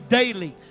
daily